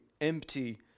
empty